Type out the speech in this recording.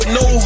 no